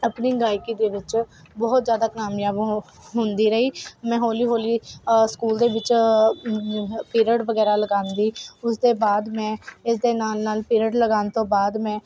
ਆਪਣੀ ਗਾਇਕੀ ਦੇ ਵਿੱਚ ਬਹੁਤ ਜ਼ਿਆਦਾ ਕਾਮਯਾਬ ਹੋ ਹੁੰਦੀ ਰਹੀ ਮੈਂ ਹੌਲੀ ਹੌਲੀ ਸਕੂਲ ਦੇ ਵਿੱਚ ਪੀਰੀਅਡ ਵਗੈਰਾ ਲਗਾਉਂਦੀ ਉਸਦੇ ਬਾਅਦ ਮੈਂ ਇਸ ਦੇ ਨਾਲ ਨਾਲ ਪੀਰੀਅਡ ਲਗਾਉਣ ਤੋਂ ਬਾਅਦ ਮੈਂ